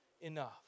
enough